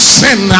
sin